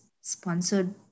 sponsored